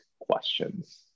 questions